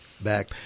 back